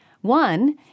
One